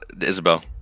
Isabel